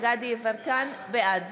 יברקן, בעד